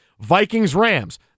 Vikings-Rams